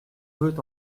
veut